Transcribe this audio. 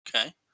Okay